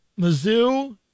Mizzou